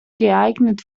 geeignet